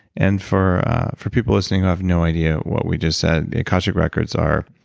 and for for people listening who have no idea what we just said, the akashic records are